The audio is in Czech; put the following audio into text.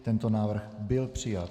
Tento návrh byl přijat.